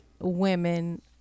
women